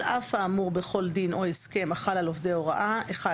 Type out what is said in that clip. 2. על אף האמור בכל דין או הסכם החל על עובדי הוראה: (1)